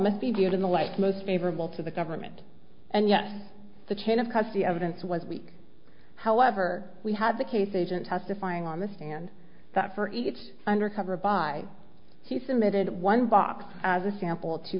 must be viewed in the light most favorable to the government and yet the chain of custody evidence was weak however we had the case agent testifying on the stand that for each undercover by he submitted one box as a sample